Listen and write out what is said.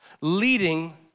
leading